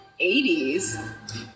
80s